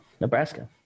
nebraska